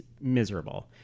miserable